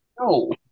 No